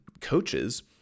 coaches